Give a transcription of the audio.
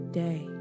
day